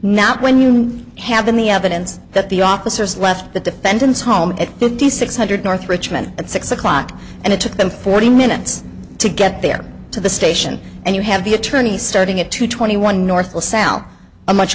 not when you have in the evidence that the officers left the defendant's home at fifty six hundred north richmond at six o'clock and it took them forty minutes to get there to the station and you have the attorneys starting at two twenty one north or south a much